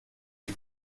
die